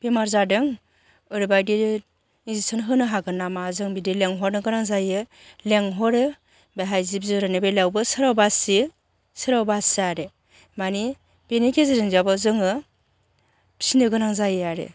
बेमार जादों ओरैबादि इनजिकसन होनो हागोन नामा जों बिदि लेंहरनो गोनां जायो लेंहरो बेहाय जिब जुनारनि बेलायावबो सोरबा बासियो सोरबा बासिया आरो मानि बेनि गेजेरजोंबाबो जोङो फिनो गोनां जायो आरो